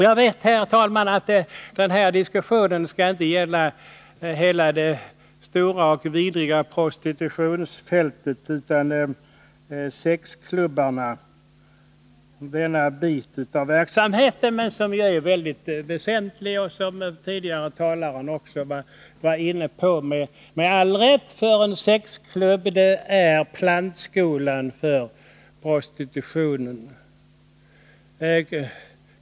Jag vet, herr talman, att den här diskussionen inte skall gälla det stora och vidriga prostitutionsfältet i dess helhet utan sexklubbarna — en bit av den här verksamheten som är synnerligen väsentlig och som föregående talare med all rätt varit inne på. Sexklubbarna är ju plantskolan för prostitutionen.